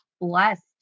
blessed